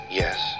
yes